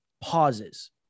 pauses